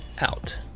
out